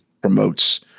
promotes